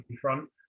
front